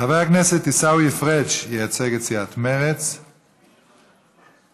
חבר הכנסת עיסאווי פריג' ייצג את סיעת מרצ, בבקשה.